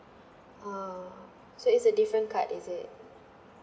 ah so it's a different card is it